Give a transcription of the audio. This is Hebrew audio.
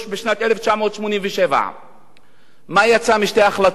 בשנת 1987. מה יצא משתי ההחלטות?